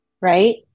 right